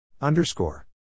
Underscore